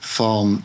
van